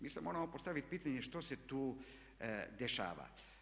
Mi sad moramo postavit pitanje što se tu dešava?